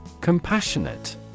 Compassionate